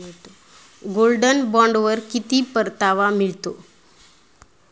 Gold बॉण्डवर किती परतावा मिळतो?